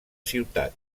ciutat